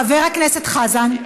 חבר הכנסת חזן, חבר הכנסת חזן.